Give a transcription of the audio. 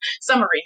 summary